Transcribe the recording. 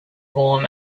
warm